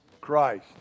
Christ